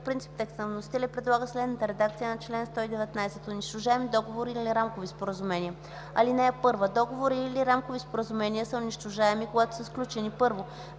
принцип текста на вносителя и предлага следната редакция на чл. 119: „Унищожаеми договори или рамкови споразумения Чл. 119. (1) Договори или рамкови споразумения са унищожаеми, когато са сключени: 1.